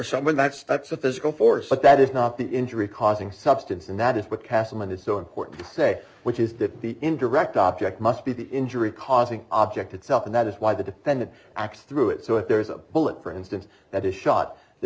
someone that starts a physical force but that is not the injury causing substance and that is what castleman is so important to say which is that the indirect object must be the injury causing object itself and that is why the defendant acts through it so if there is a bullet for instance that is shot the